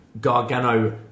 Gargano